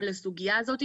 לסוגיה הזאת.